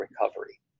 recovery